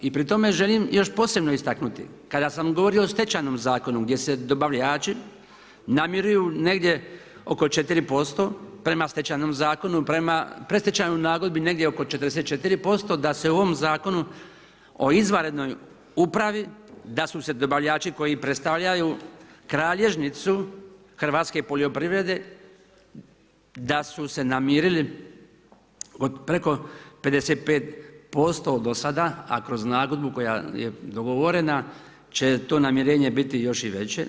I pri tome želim još posebno istaknuti kada sam govorio o Stečajnom zakonu gdje se dobavljači namiruju negdje oko 4% prema Stečajnom zakonu, prema predstečajnoj nagodbi negdje oko 44% da se u ovom Zakonu o izvanrednoj upravi, da su se dobavljači koji predstavljaju kralježnicu hrvatske poljoprivrede, da su se namirili od preko 55% do sada, a kroz nagodbu koja je dogovorena će to namirenje biti još i veće.